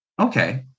Okay